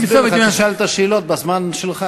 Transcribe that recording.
אני בסוף, תשאל את השאלות בזמן שלך.